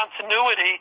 continuity